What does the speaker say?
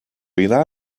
jiná